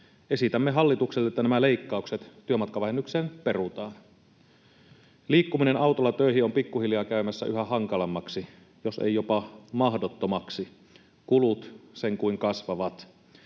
esitämme hallitukselle, että nämä leikkaukset työmatkavähennykseen perutaan. Liikkuminen autolla töihin on pikkuhiljaa käymässä yhä hankalammaksi, jos ei jopa mahdottomaksi. Kulut sen kuin kasvavat.